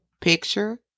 picture